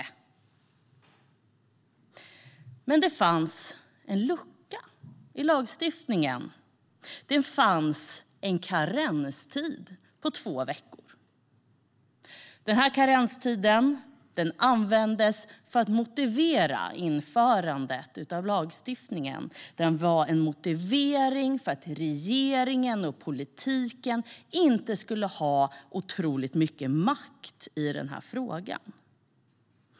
Men det fanns en lucka i lagstiftningen - det fanns en karenstid på två veckor. Den karenstiden användes för att motivera införandet av lagstiftningen. Den var en motivering för att regeringen och politiken inte skulle ha otroligt mycket makt i den här frågan.